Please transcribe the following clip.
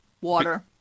water